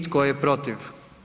Tko je protiv?